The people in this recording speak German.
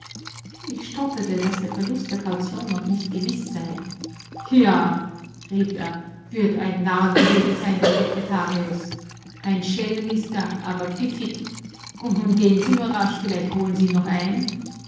ich stotterte daß der verlust der kaution noch nicht gewiß sei ja rief er wird ein narr gewesen sein der sekretarius ein schelm ist er aber pfiffig und nun gehen sie nur rasch vielleicht holen sie ihn noch ein